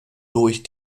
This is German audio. durch